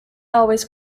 always